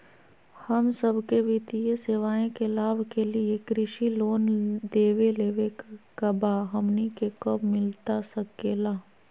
हम सबके वित्तीय सेवाएं के लाभ के लिए कृषि लोन देवे लेवे का बा, हमनी के कब मिलता सके ला?